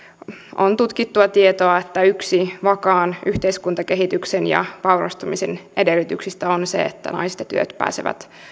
on tutkittua tietoa että yksi vakaan yhteiskuntakehityksen ja vaurastumisen edellytyksistä on se että naiset ja tytöt pääsevät